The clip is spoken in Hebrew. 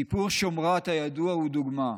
סיפור שמרת הידוע הוא דוגמה,